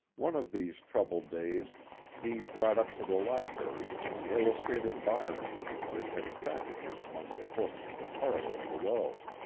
one of these troubled days he brought up to the library an illustrated byron which had attracted him among the books in the parlor below.